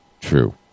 True